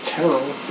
Terrible